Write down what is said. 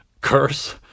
curse